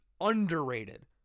underrated